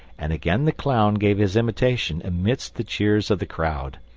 and again the clown gave his imitation amidst the cheers of the crowd.